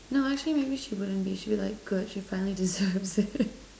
no actually maybe she wouldn't be she will be like good she finally deserves it